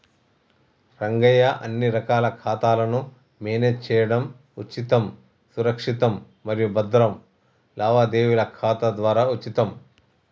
రంగయ్య అన్ని రకాల ఖాతాలను మేనేజ్ చేయడం ఉచితం సురక్షితం మరియు భద్రం లావాదేవీల ఖాతా ద్వారా ఉచితం